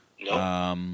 No